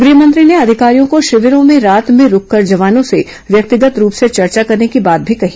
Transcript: गृहमंत्री ने अधिकारियों को शिंविरों में रात रूककर जवानों से व्यक्तिगत रूप से चर्चा करने की बात भी कही